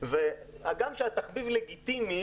והגם שהתחביב לגיטימי,